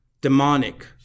demonic